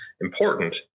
important